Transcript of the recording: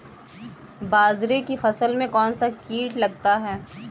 बाजरे की फसल में कौन सा कीट लगता है?